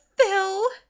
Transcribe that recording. Phil